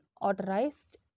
authorized